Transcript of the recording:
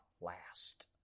last